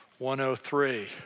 103